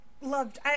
Loved